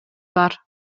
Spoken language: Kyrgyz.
бар